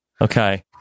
Okay